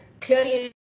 clearly